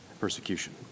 persecution